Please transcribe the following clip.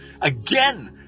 again